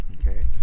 Okay